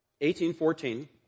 1814